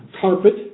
carpet